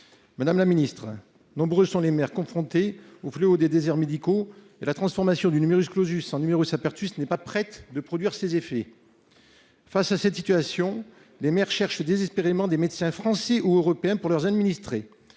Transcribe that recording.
Madame la ministre, nombreux sont les maires confrontés au fléau des déserts médicaux. Or la transformation du en n'est pas près de produire ses effets. Face à cette situation, les maires cherchent désespérément des médecins français ou européens pour leurs administrés.